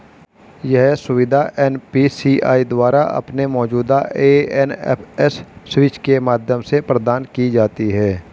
यह सुविधा एन.पी.सी.आई द्वारा अपने मौजूदा एन.एफ.एस स्विच के माध्यम से प्रदान की जाती है